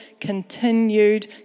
continued